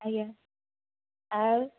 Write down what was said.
ଆଜ୍ଞା ଆଉ